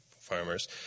farmers